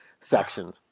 section